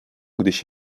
když